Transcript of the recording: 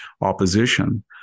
opposition